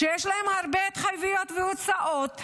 כשיש להם הרבה התחייבויות והוצאות,